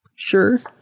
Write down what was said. Sure